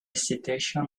citation